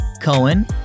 Cohen